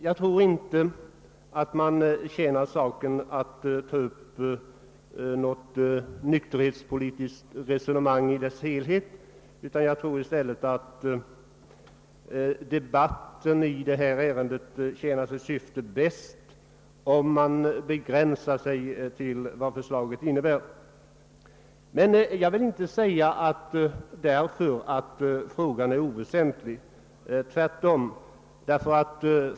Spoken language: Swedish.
Jag tror inte att man tjänar saken genom att ta upp något resonemang om nykterhetspolitiken i dess helhet. Jag tror i stället att debatten i detta ärende tjänar sitt syfte bäst om den begränsas till vad förslaget innebär. Jag vill därför inte säga att saken är oväsentlig, tvärtom.